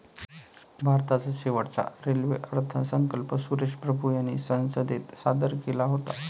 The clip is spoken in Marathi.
भारताचा शेवटचा रेल्वे अर्थसंकल्प सुरेश प्रभू यांनी संसदेत सादर केला होता